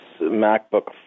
MacBook